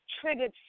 triggered